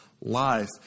life